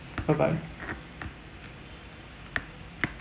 bye bye